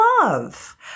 love